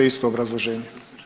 Isto obrazloženje.